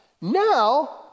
now